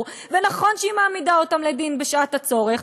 ונכון שהיא מעמידה אותם לדין בשעת הצורך,